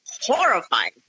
horrifying